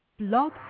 blog